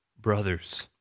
Brothers